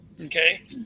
Okay